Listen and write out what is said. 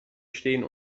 stehen